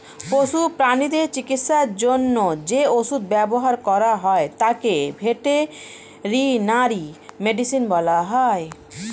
পশু প্রানীদের চিকিৎসার জন্য যে ওষুধ ব্যবহার করা হয় তাকে ভেটেরিনারি মেডিসিন বলা হয়